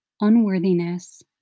unworthiness